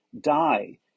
die